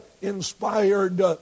inspired